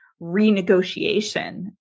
renegotiation